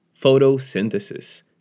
Photosynthesis